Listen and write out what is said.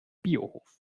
biohof